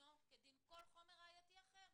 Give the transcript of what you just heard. דינו ככל חומר אחר.